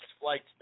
flights